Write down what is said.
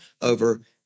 over